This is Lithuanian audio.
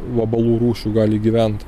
vabalų rūšių gali gyvent